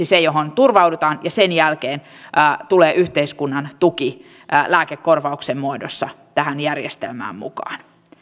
se johon ensiksi turvaudutaan ja sen jälkeen tulee yhteiskunnan tuki lääkekorvauksen muodossa tähän järjestelmään mukaan